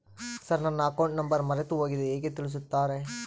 Sir ನನ್ನ account number ಮರೆತುಹೋಗಿದೆ ಹೇಗೆ ತಿಳಿಸುತ್ತಾರೆ?